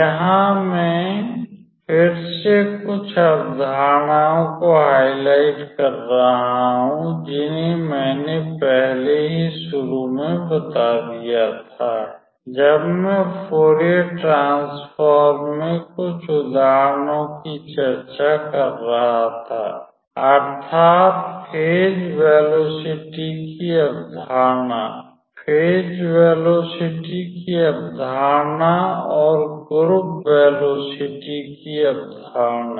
यहाँ मेँ फिर से कुछ अवधारणाओं को हाइलाइट कर रहा हूँ जिन्हें मैंने पहले ही शुरू मेँ बता दिया था जब मैं फूरियर ट्रांसफॉर्म में कुछ उदाहरणों की चर्चा कर रहा था अर्थात् फेज वेलोसिटि की अवधारणा फेज वेलोसिटि की अवधारणा और ग्रुप वेलोसिटि की अवधारणा